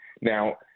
Now